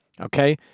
okay